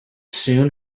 soon